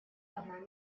одной